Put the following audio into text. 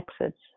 exits